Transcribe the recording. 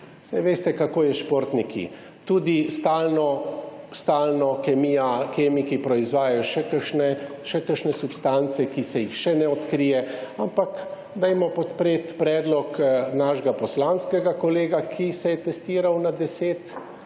veste, kako je s športniki, tudi stalno kemiki proizvajajo še kakšne substance, ki se jih še ne odkrije, ampak dajmo podpreti predlog našega poslanskega kolega, ki se je testiral na 10